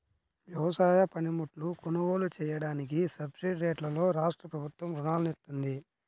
వ్యవసాయ పనిముట్లు కొనుగోలు చెయ్యడానికి సబ్సిడీరేట్లలో రాష్ట్రప్రభుత్వం రుణాలను ఇత్తంది